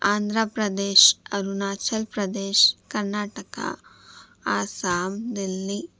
Andhra Pradesh Arunachal Pradesh Karnataka Assam Delhi